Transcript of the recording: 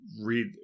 read